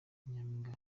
nyaminga